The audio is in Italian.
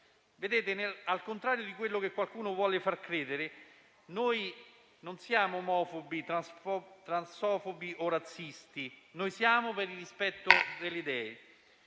Al contrario di ciò che qualcuno vuole far credere, noi non siamo omofobi, transofobi o razzisti, noi siamo per il rispetto delle idee